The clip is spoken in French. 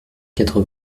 quatre